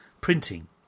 printing